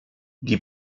die